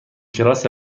کراس